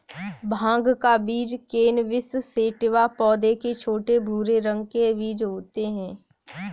भाँग का बीज कैनबिस सैटिवा पौधे के छोटे, भूरे रंग के बीज होते है